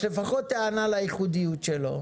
שיש לפחות טענה לייחודיות שלו.